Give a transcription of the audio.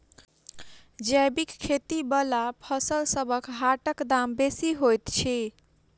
जैबिक खेती बला फसलसबक हाटक दाम बेसी होइत छी